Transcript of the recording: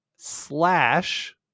slash